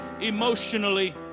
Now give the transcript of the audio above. emotionally